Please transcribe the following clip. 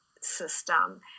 system